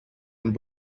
and